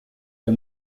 der